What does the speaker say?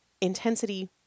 intensity